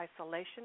isolation